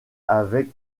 avec